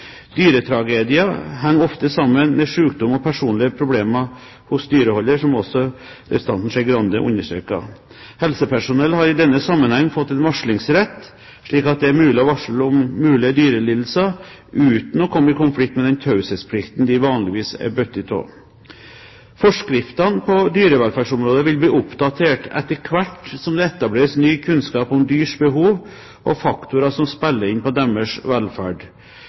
Dyretragedier henger ofte sammen med sykdom og personlige problemer hos dyreholder, som også representanten Skei Grande understreket. Helsepersonell har i denne sammenheng fått varslingsrett, slik at det er mulig å varsle om mulige dyrelidelser uten å komme i konflikt med den taushetsplikten de vanligvis er bundet av. Forskriftene på dyrevelferdsområdet vil bli oppdatert etter hvert som det etableres ny kunnskap om dyrs behov, og om faktorer som spiller inn på deres velferd.